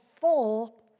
full